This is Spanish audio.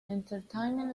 entertainment